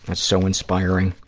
and so inspiring.